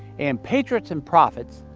and patriarchs and prophets,